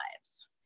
lives